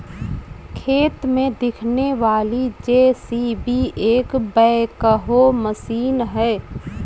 खेत में दिखने वाली जे.सी.बी एक बैकहो मशीन है